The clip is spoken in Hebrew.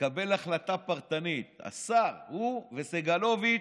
לקבל החלטה פרטנית, השר, הוא וסגלוביץ',